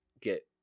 get